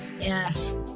Yes